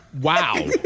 Wow